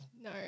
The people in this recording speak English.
no